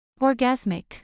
Orgasmic